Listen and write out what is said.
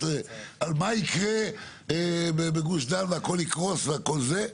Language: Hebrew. על מה יקרה בגוש דן והכול יקרוס והכול זה,